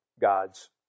God's